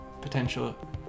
potential